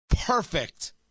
perfect